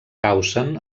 causen